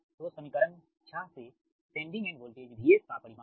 तो समीकरण 6 से सेंडिंग एंड वोल्टेज VS का परिमाण